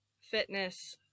fitness